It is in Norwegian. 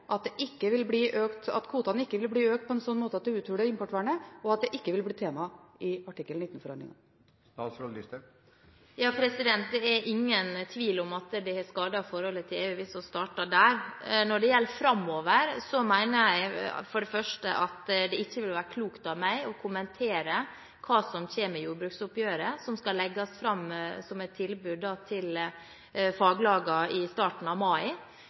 at kvotene ikke vil bli økt på en slik måte at det uthuler importvernet, og at det ikke vil bli tema i artikkel 19-forhandlingene? Det er ingen tvil om at dette har skadet forholdet til EU, hvis vi starter med det. Når det gjelder framover, mener jeg for det første at det ikke vil være klokt av meg å kommentere hva som kommer i jordbruksoppgjøret, som skal legges fram som et tilbud til faglagene i starten av mai.